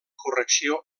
correlació